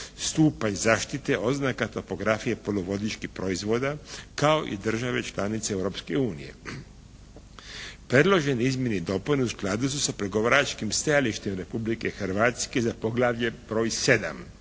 stupanj zaštite oznaka topografije poluvodičkih proizvoda kao i države članice Europske unije. Predložene izmjene i dopune u skladu sa pregovaračkim stajalištem Republike Hrvatske za poglavlje broj 7.